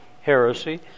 heresy